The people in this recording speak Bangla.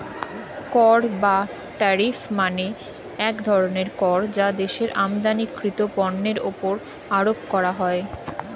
কর বা ট্যারিফ মানে এক ধরনের কর যা দেশের আমদানিকৃত পণ্যের উপর আরোপ করা হয়